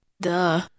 Duh